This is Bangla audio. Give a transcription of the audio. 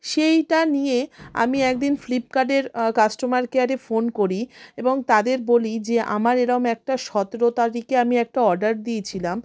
সেইটা নিয়ে আমি এক দিন ফ্লিপকার্টের কাস্টোমার কেয়ারে ফোন করি এবং তাদের বলি যে আমার এরম একটা সতেরো তারিখে আমি একটা অর্ডার দিয়েছিলাম